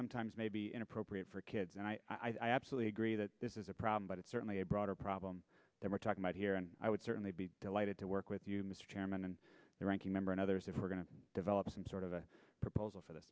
sometimes may be inappropriate for kids and i absolutely agree that this is a problem but it's certainly a broader problem that we're talking about here and i would certainly be delighted to work with you mr chairman and ranking member and others if we're going to develop some sort of a proposal for the